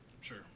Sure